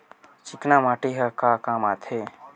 चिकना माटी ह का काम आथे?